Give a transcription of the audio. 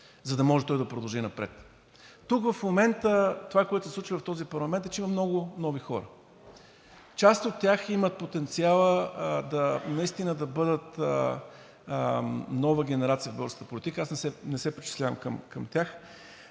за да може той да продължи напред. Тук в момента това, което се случва в този парламент, е, че има много нови хора. Част от тях имат потенциала наистина да бъдат нова генерация в българската политика, аз не се причислявам към тях.